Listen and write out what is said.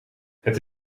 het